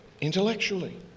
intellectually